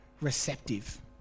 receptive